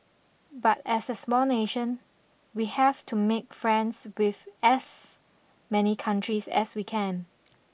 but as a small nation we have to make friends with as many countries as we can